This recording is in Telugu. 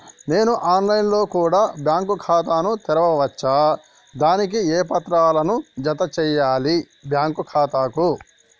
నేను ఆన్ లైన్ లో కూడా బ్యాంకు ఖాతా ను తెరవ వచ్చా? దానికి ఏ పత్రాలను జత చేయాలి బ్యాంకు ఖాతాకు?